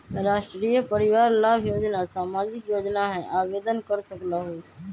राष्ट्रीय परिवार लाभ योजना सामाजिक योजना है आवेदन कर सकलहु?